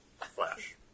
Flash